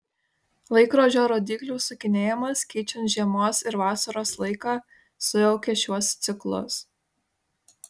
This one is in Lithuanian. laikrodžio rodyklių sukinėjimas keičiant žiemos ir vasaros laiką sujaukia šiuos ciklus